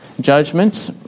judgment